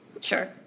sure